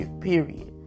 period